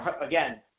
again